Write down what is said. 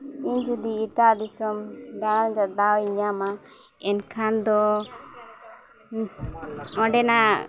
ᱤᱧ ᱡᱩᱫᱤ ᱮᱴᱟᱜ ᱫᱤᱥᱚᱢ ᱫᱟᱲᱟᱱ ᱨᱮᱱᱟᱜ ᱫᱟᱣᱤᱧ ᱧᱟᱢᱟ ᱮᱱᱠᱷᱟᱱ ᱫᱚ ᱚᱸᱰᱮᱱᱟᱜ